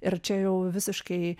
ir čia jau visiškai